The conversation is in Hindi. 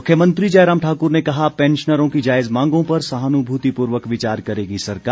मुख्यमंत्री जयराम ठाकुर ने कहा पैंशनरों की जायज मांगों पर सहानुभूतिपूर्वक विचार करेगी सरकार